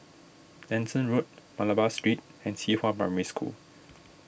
Nanson Road Malabar Street and Qihua Primary School